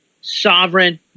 sovereign